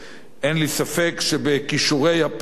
אין לי ספק שבכישורי הפעולה,